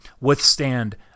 withstand